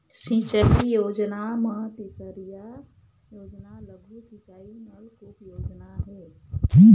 सिंचई योजना म तीसरइया योजना लघु सिंचई नलकुप योजना हे